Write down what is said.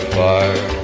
fire